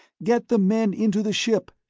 get the men into the ship!